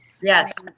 Yes